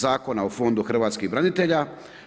Zakona o Fondu hrvatskih branitelja,